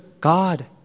God